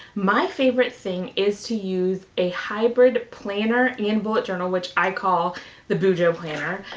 my favorite thing is to use a hybrid planner and bullet journal which i call the bujo planner,